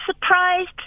surprised